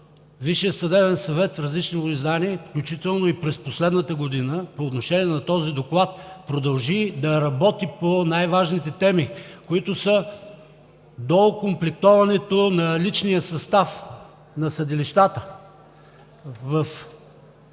Висшият съдебен съвет в различните му издания, включително и през последната година, по отношение на този доклад продължи да работи по най-важните теми, които са: доокомплектоване на личния състав на съдилищата във